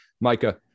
Micah